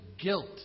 guilt